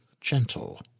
gentle